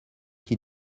qui